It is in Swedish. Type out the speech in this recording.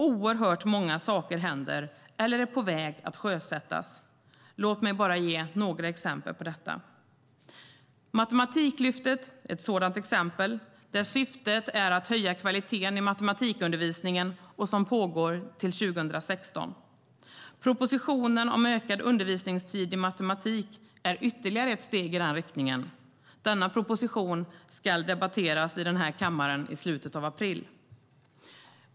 Oerhört många saker händer eller är på väg att sjösättas. Låt mig bara ge några exempel på detta. Matematiklyftet är ett sådant exempel, där syftet är att höja kvaliteten i matematikundervisningen. Denna satsning pågår till 2016. Propositionen om ökad undervisningstid i matematik är ytterligare ett steg i den riktningen. Denna proposition ska debatteras i kammaren i slutet av april.